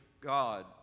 God